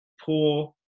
poor